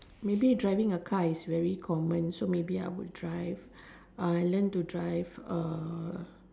maybe driving a car is very common so maybe I would drive uh learn to drive a